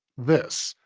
this,